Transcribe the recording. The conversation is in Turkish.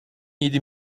yedi